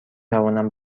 توانم